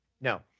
no